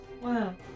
wow